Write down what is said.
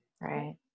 right